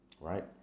Right